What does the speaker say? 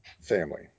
family